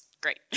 Great